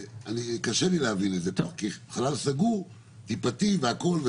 קשה לי להבין את זה, כי חלל סגור, טיפתי והכול.